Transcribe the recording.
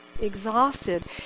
exhausted